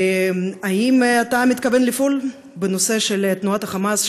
האם אתה מתכוון לפעול בנושא של תנועת ה"חמאס",